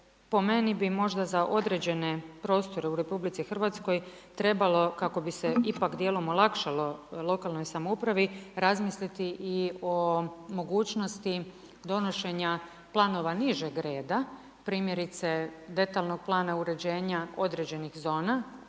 po meni bi možda za određene prostore u RH trebalo kako bi se ipak djelom olakšalo lokalnoj samoupravi razmisliti i o mogućnosti donošenja planova nižeg reda, primjerice detaljnog plana uređenja određenih zona,